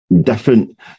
different